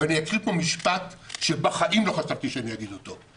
ואני אקריא פה משפט שבחיים לא חשבתי שאני אגיד אותו,